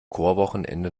chorwochenende